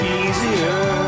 easier